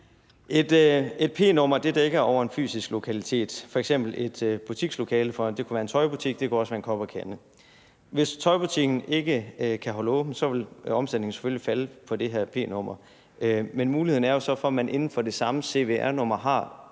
Et p-nummer dækker over en fysisk lokalitet, f.eks et butikslokale. Det kunne være en tøjbutik, og det kunne også være Kop & Kande. Hvis tøjbutikken ikke kan holde åbent, vil omsætningen selvfølgelig falde for det her p-nummer, men der er jo så muligheden for, at man inden for det samme cvr-nummer har,